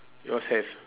yours have